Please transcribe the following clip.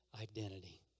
identity